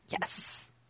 Yes